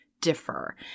differ